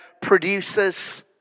produces